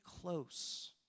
close